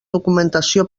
documentació